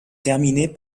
terminée